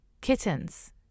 kittens